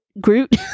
Groot